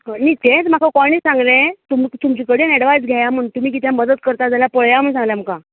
हय न्ही तेंच म्हाका कोणें सांगलें तुम तुमचे कडेन एक ऍडवाय्ज घेया म्हण तुमी कितें मदत करता जाल्यार पळयां म्हूण सांगलें आमकां